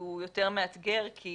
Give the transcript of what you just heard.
יותר מאתגר כי